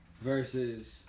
Versus